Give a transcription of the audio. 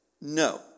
no